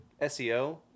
SEO